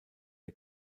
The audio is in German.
der